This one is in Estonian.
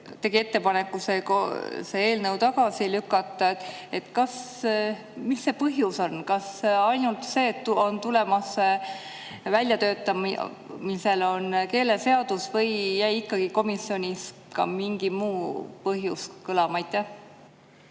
tegi ettepaneku see eelnõu tagasi lükata. Mis see põhjus on? Kas ainult see, et väljatöötamisel on keeleseadus, või jäi ikkagi komisjonis ka mingi muu põhjus kõlama?